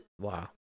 Wow